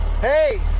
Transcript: Hey